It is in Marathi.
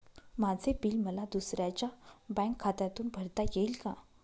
माझे बिल मला दुसऱ्यांच्या बँक खात्यातून भरता येईल का?